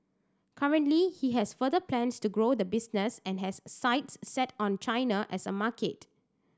currently he has further plans to grow the business and has sights set on China as a market